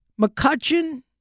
McCutcheon